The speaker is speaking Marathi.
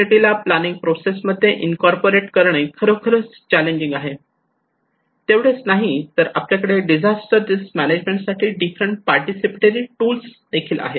कम्युनिटी ला प्लानिंग प्रोसेस मध्ये इन कॉर्पोरेट करणे खरोखर चॅलेंजिंग आहे तेवढेच नाही तर आपल्याकडे डिजास्टर रिस्क मॅनेजमेंट साठी डिफरंट पार्टिसिपेटरी टूल्स आहेत